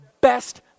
best